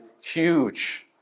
huge